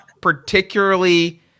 particularly